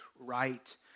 right